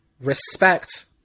respect